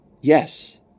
Yes